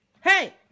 Hey